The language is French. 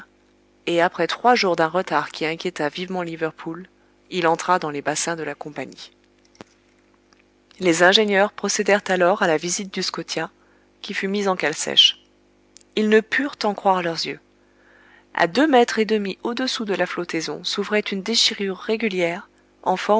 et après trois jours d'un retard qui inquiéta vivement liverpool il entra dans les bassins de la compagnie les ingénieurs procédèrent alors à la visite du scotia qui fut mis en cale sèche ils ne purent en croire leurs yeux a deux mètres et demi au-dessous de la flottaison s'ouvrait une déchirure régulière